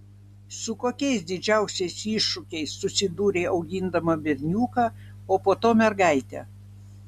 su kokiais didžiausiais iššūkiais susidūrei augindama berniuką o po to mergaitę